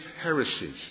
heresies